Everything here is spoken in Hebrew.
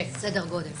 כן, סדר גודל.